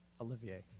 Olivier